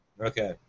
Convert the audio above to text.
okay